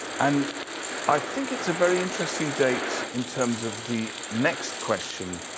and i think it's a very interesting date in terms of the next question,